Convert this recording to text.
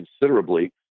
considerably